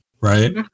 right